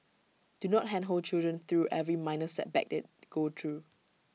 do not handhold children through every minor setback they go through